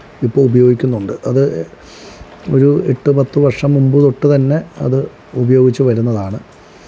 ഇപ്പോൾ ഉപയോഗിക്കുന്നുണ്ട് അത് ഒരു എട്ട് പത്ത് വര്ഷം മുമ്പ് തൊട്ട് തന്നെ അത് ഉപയോഗിച്ച് വരുന്നതാണ്